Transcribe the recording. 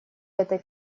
этой